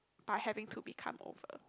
by having to be come over